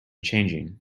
changing